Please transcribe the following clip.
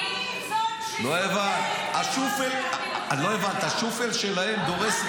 אז אני מנצל את הזמן כדי לדבר בגלל שאלה הדברים שכואבים לי.